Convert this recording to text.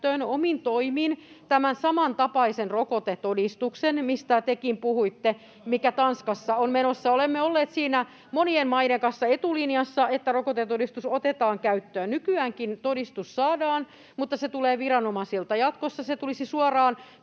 omin toimin tämän samantapaisen rokotetodistuksen, mistä tekin puhuitte, mikä Tanskassa on menossa. Olemme olleet monien maiden kanssa etulinjassa siinä, että rokotetodistus otetaan käyttöön. Nykyäänkin todistus saadaan, mutta se tulee viranomaisilta. Jatkossa se tulisi suoraan